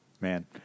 man